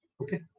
okay